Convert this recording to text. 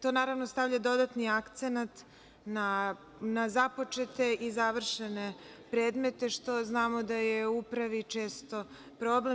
To naravno stavlja dodatni akcenat na započete i završene predmete, što znamo da je u upravi često problem.